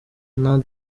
nta